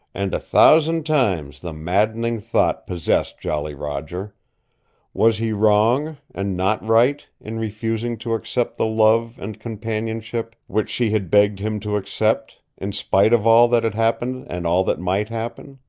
and a thousand times the maddening thought possessed jolly roger was he wrong, and not right, in refusing to accept the love and companionship which she had begged him to accept, in spite of all that had happened and all that might happen?